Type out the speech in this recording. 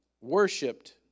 worshipped